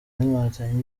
n’inkotanyi